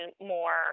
more